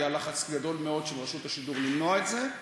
היה לחץ גדול מאוד של רשות השידור למנוע את זה,